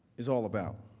is all about.